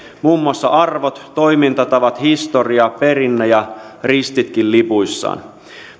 muun muassa arvot toimintatavat historia perinne ja ristitkin lipuissaan